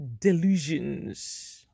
Delusions